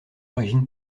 origine